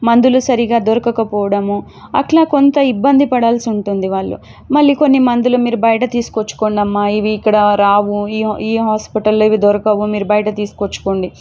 మందులు సరిగా దొరకకపోవడము అట్లా కొంత ఇబ్బంది పడాల్సి ఉంటుంది వాళ్ళు మళ్ళీ కొన్ని మందులు మీరు బయట తీసుకొచ్చుకోండమ్మా ఇవీ ఇక్కడ రావు ఈ హా ఈ హాస్పిటల్లో దొరకవు మీరు బయట తీసుకొచ్చుకోండి